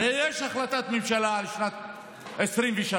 הרי יש החלטת ממשלה לשנת 2023,